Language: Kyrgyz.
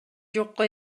жокко